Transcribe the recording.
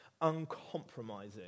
uncompromising